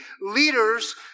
leaders